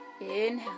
inhale